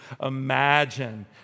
imagine